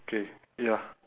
K ya